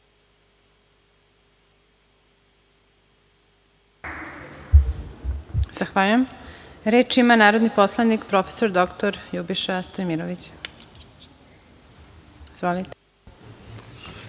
Zahvaljujem. Reč ima narodni poslanik profesor doktor Ljubiša Stojmirović.